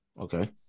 Okay